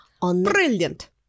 Brilliant